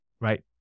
right